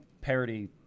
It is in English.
parody